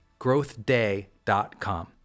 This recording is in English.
growthday.com